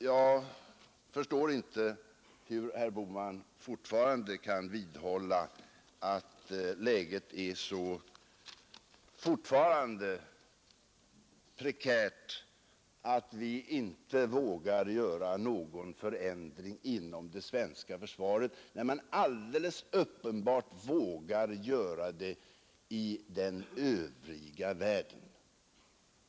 Jag förstår inte hur herr Bohman kan vidhålla att läget fortfarande är så prekärt att vi inte vågar göra någon förändring inom det svenska försvaret, när man alldeles uppenbart vågar göra det i den övriga världen.